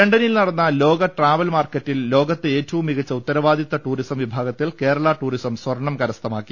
ലണ്ടനിൽ നടന്ന ലോക ട്രാവൽ മാർക്കറ്റിൽ ലോകത്തെ ഏറ്റവും മികച്ച ഉത്തരവാദിത്ത ടൂറിസം വിഭാഗത്തിൽ കേരളടൂറിസം സ്വർണം കരസ്ഥമാക്കി